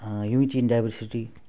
unity in diversity